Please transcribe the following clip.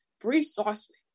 Precisely